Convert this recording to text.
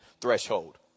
threshold